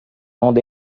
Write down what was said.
onda